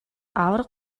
аварга